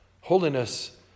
Holiness